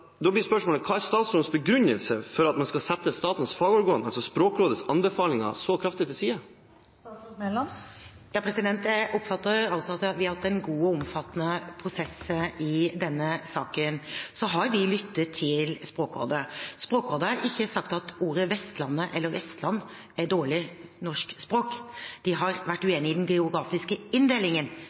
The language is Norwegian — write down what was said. man skal sette statens fagorgan, Språkrådets anbefalinger så kraftig til side? Jeg oppfatter at vi har hatt en god og omfattende prosess i denne saken. Vi har lyttet til Språkrådet. Språkrådet har ikke sagt at ordet Vestland er dårlig norsk språk. De har vært uenig i den geografiske inndelingen